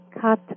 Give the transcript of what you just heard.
cut